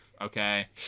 okay